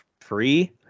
free